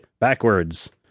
backwards